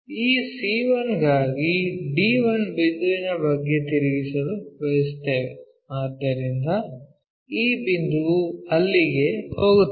ಈ c1 ಗಾಗಿ d1 ಬಿಂದುವಿನ ಬಗ್ಗೆ ತಿರುಗಿಸಲು ಬಯಸುತ್ತೇವೆ ಆದ್ದರಿಂದ ಈ ಬಿಂದುವು ಅಲ್ಲಿಗೆ ಹೋಗುತ್ತದೆ